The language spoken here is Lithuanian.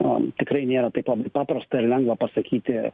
na tikrai jie taip pam paprasta ir lengva pasakyti